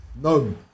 No